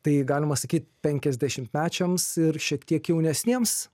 tai galima sakyt penkiasdešimtmečiams ir šiek tiek jaunesniems